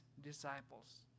disciples